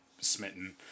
smitten